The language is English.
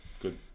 Good